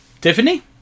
Tiffany